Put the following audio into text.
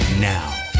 Now